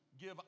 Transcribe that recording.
give